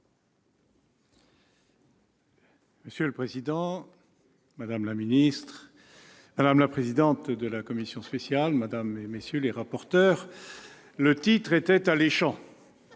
Monsieur le président, madame la secrétaire d'État, madame la présidente de la commission spéciale, madame, messieurs les rapporteurs, le titre était alléchant